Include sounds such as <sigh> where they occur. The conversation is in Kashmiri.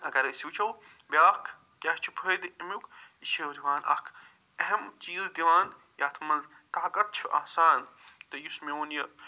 اگر أسۍ وٕچھو بیٛاکھ کیٛاہ چھُ فٲیدٕ اَمیُک یہِ چھِ <unintelligible> اکھ اہم چیٖز دِوان تتھ منٛز طاقت چھُ آسان تہٕ یُس میون یہِ